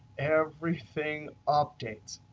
everything updates.